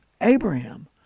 Abraham